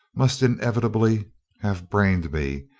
must inevitably have brained me,